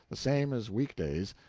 the same as week days,